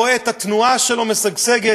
רואה את התנועה שלו משגשגת,